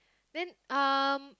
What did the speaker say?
then um